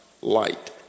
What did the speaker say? light